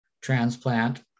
transplant